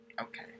okay